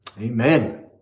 Amen